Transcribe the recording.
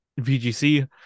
vgc